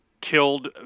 killed